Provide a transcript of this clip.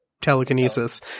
telekinesis